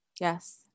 Yes